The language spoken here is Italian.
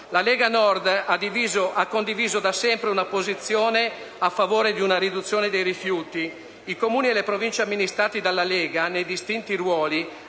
La Lega Nord ha condiviso da sempre una posizione a favore di una riduzione dei rifiuti. I Comuni e le Province amministrate dalla Lega Nord, nei distinti ruoli,